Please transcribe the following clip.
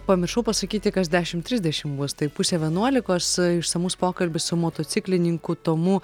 pamiršau pasakyti kas dešim trisdešim bus tai pusę vienuolikos išsamus pokalbis su motociklininku tomu